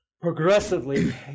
progressively